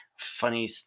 Funny